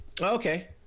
Okay